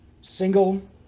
single